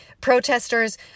protesters